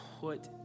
put